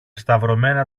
σταυρωμένα